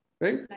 right